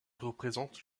représente